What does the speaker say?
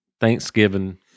Thanksgiving